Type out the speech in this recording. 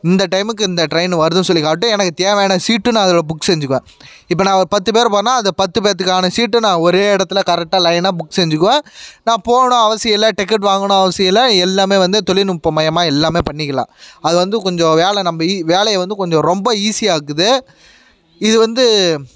இந்த டைமுக்கு இந்த ட்ரெயினு வருதுன்னு சொல்லி காட்டும் எனக்கு தேவையான சீட்டும் நான் அதில் புக் செஞ்சுக்குவேன் இப்போ நாங்கள் பத்து பேர் போகிறோன்னா அந்த பத்து பேருத்துக்கான சீட்டும் நான் ஒரே இடத்துல கரெக்டாக லைனாக புக் செஞ்சுக்குவேன் நான் போகணுன்னு அவசியம் இல்லை டிக்கெட் வாங்கணும்ன்னு அவசியம் இல்லை எல்லாமே வந்து தொழில்நுட்பமயமாக எல்லாமே பண்ணிக்கலாம் அது வந்து கொஞ்சம் வேலை நம்ம ஈ வேலையை வந்து கொஞ்சம் ரொம்ப ஈஸியாக்குது இது வந்து